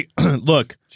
Look